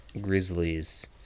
grizzlies